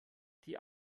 die